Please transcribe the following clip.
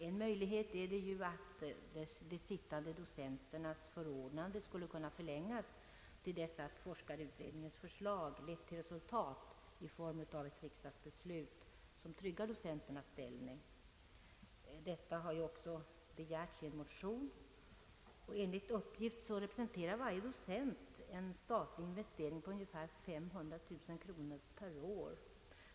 En möjlighet är att de sittande docenternas förordnande skulle kunna förlängas tills forskarutredningens förslag lett till resultat i form av ett riksdagsbeslut som tryggar docenternas ställning. Detta har också begärts i en motion. Enligt uppgift representerar varje docent en statlig investering på ungefär 500 000 kronor per år.